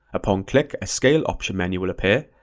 upon click, a scale option menu will appear.